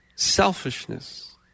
selfishness